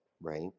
right